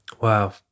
Wow